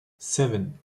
seven